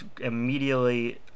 immediately